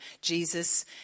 Jesus